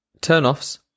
turn-offs